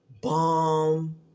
bomb